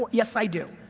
yes i do,